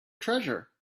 treasure